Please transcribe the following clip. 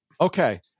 Okay